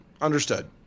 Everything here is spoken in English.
Understood